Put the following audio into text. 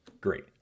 Great